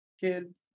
kid